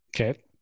Okay